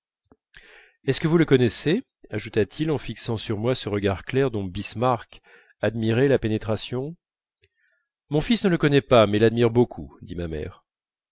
est-ce que vous le connaissez ajouta-t-il en fixant sur moi ce regard clair dont bismarck admirait la pénétration mon fils ne le connaît pas mais l'admire beaucoup dit ma mère